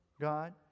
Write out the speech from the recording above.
God